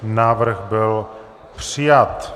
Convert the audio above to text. Návrh byl přijat.